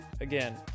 again